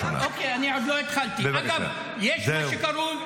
גם את